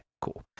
cool